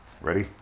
ready